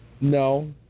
No